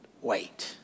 wait